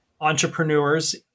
entrepreneurs